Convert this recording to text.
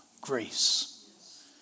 grace